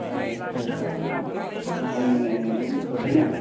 दे नोंथाङाबो गावनि नायनानै हरदो ने